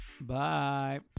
Bye